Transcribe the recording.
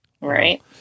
Right